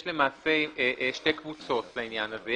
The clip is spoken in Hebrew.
יש למעשה שתי קבוצות לעניין הזה.